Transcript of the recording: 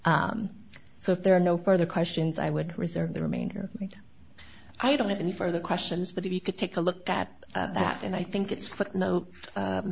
occurred so if there are no further questions i would reserve the remainder i don't have any further questions but if you could take a look at that and i think it's footnote